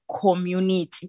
community